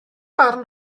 barn